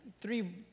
three